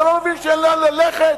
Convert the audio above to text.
אתה לא מבין שאין לאן ללכת?